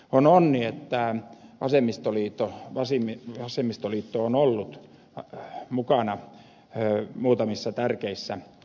on onni että vasemmistoliitto on ollut mukana pyörii muutamissa tärkeissä